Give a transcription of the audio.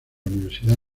universidad